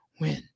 win